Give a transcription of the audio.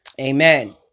Amen